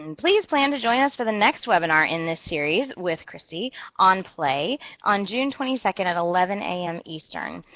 and please plan to join us for the next webinar in this series with kristie on play on june twenty second at eleven am eastern.